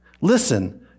Listen